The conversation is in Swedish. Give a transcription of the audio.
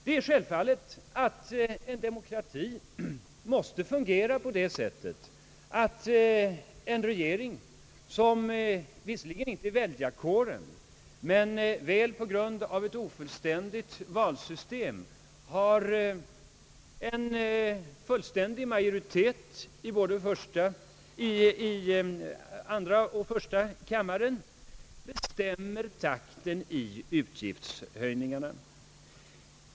Det är självfallet att en demokrati måste fungera så att regeringen, som i detta fall visserligen inte i väljarkåren men väl, på grund av ett ofullständigt valsystem, i både första och andra kammaren har en fullständig majoritet, bestämmer takten i utgiftshöjningarna.